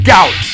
out